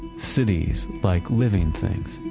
cities, like living things,